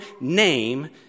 name